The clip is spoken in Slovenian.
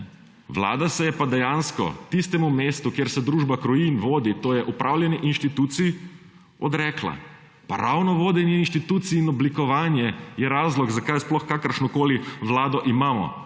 Vlada se je pa dejansko tistemu mestu, kjer se družba kroji in vodi, tj. upravljanje inštitucij, odrekla. Pa ravno vodenje inštitucij in oblikovanje je razlog, zakaj sploh kakršnokoli vlado imamo.